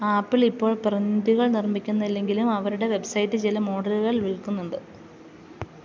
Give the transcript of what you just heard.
apple ഇപ്പോൾ പ്രിൻറ്റുകൾ നിർമ്മിക്കുന്നില്ലെങ്കിലും അവരുടെ വെബ്സൈറ്റിൽ ചില മോഡലുകൾ വിൽക്കുന്നുണ്ട്